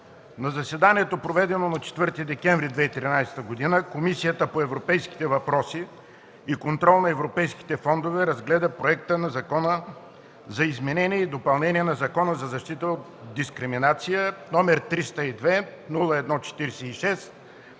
На заседанието, проведено на 4 декември 2013 г., Комисията по европейските въпроси и контрол на европейските фондове разгледа Законопроект за изменение и допълнение на Закона за защита от дискриминация, № 302-01-46,